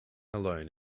alone